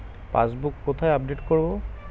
Passbook কোথায় update করব?